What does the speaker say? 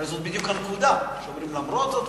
הרי זאת בדיוק הנקודה שאומרים: למרות זאת,